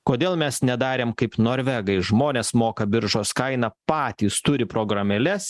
kodėl mes nedarėm kaip norvegai žmonės moka biržos kainą patys turi programėles